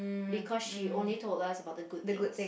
because she only told us about the good things